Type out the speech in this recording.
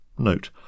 Note